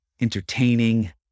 entertaining